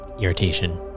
irritation